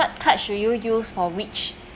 what card should you use for which